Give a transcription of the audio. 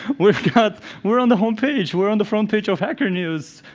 we're but we're on the homepage, we're on the front page of hacker news.